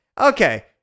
Okay